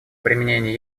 применение